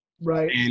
Right